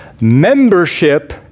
membership